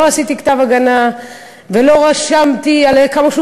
לא עשיתי כתב הגנה ולא כתבתי כמה שהוא